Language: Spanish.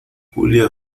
julia